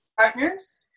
partners